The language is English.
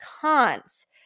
cons